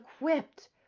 equipped